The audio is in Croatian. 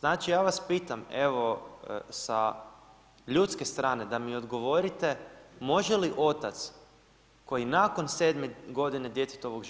Znači ja vas pitam, evo sa ljudske strane da mi odgovorite, može li otac koji nakon 7. godine djetetovog